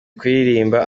kuririmba